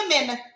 women